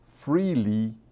freely